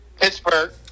Pittsburgh